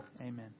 Amen